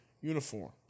uniform